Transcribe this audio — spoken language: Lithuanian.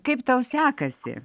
kaip tau sekasi